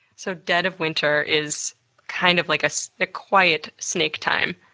so dead of winter is kind of like a so ah quiet snake time.